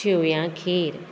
शेंवया खीर